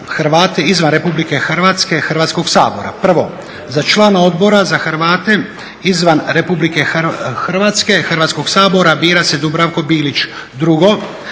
Hrvate izvan RH Hrvatskog sabora. 1. za člana Odbora za Hrvate izvan RH Hrvatskog sabora bira se Dubravko Bilić.